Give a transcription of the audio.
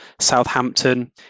Southampton